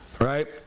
Right